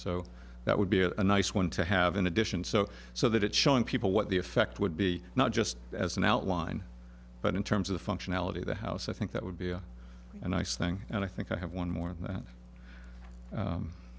so that would be a nice one to have in addition so so that it showing people what the effect would be not just as an outline but in terms of the functionality of the house i think that would be a nice thing and i think i have one more tha